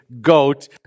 goat